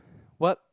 what